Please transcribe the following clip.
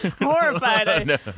horrified